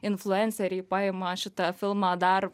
influenceriai paima šitą filmą dar